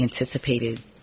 anticipated